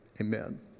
Amen